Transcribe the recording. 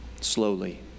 Slowly